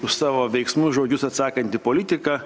už savo veiksmus žodžius atsakanti politika